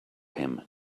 him